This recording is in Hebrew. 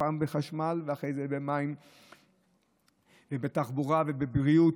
פעם בחשמל ואחרי זה במים ובתחבורה ובבריאות